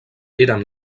eren